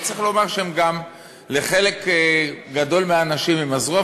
צריך לומר גם שלחלק גדול מהאנשים הם עזרו,